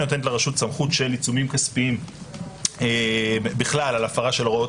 היא נותנת לרשות סמכות של עיצומים כספיים בכלל על הפרת הוראות